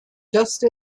just